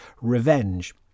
revenge